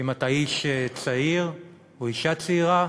אם אתה איש צעיר או אישה צעירה